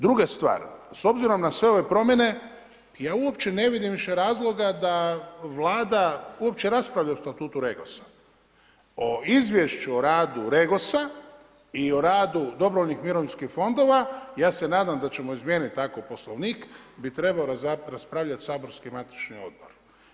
Druga stvar, s obzirom na sve ove promjene, ja uopće ne vidim više razloga, da Vlada uopće raspravlja o statutu REGOS-a, o izvješće o radu REGOS-a i o radu dobrovoljnih mirovinskih fondova, ja se nadam, da ćemo izmijeniti takav poslovnik, bi trebao raspravljati saborski matični odbor.